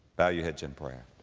bow your heads in prayer.